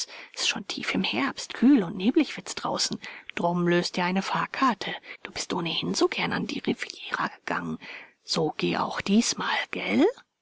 s ist schon tief im herbst kühl und neblig wird's draußen drum lös dir eine fahrkarte du bist ohnehin so gern an die riviera gegangen so geh auch diesmal gelt